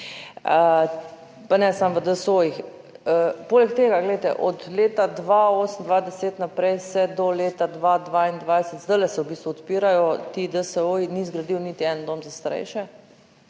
pa ne samo v DSO. Poleg tega, glejte, od leta 2008, 2010 naprej se do leta 2022, zdaj se v bistvu odpirajo ti DSO, ni zgradil niti en dom za starejše,